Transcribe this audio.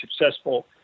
successful